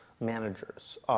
managers